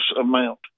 amount